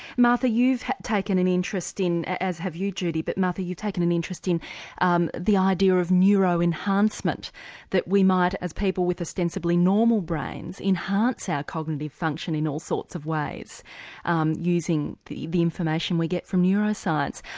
martha, you've taken an interest in, as have you judy, but martha you've taken an interest in um the idea of neuroenhancement that we might, as people with ostensibly normal brains, enhance our cognitive function in all sorts of ways and using the the information we get from neuroscience.